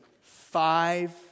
five